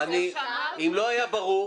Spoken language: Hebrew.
אם לא היה ברור,